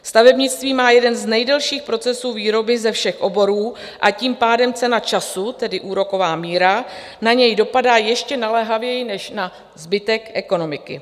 Stavebnictví má jeden z nejdelších procesů výroby ze všech oborů, a tím pádem cena času, tedy úroková míra, na něj dopadá ještě naléhavěji než na zbytek ekonomiky.